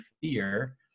fear